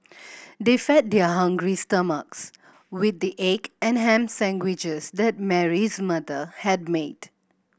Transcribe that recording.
they fed their hungry stomachs with the egg and ham sandwiches that Mary's mother had made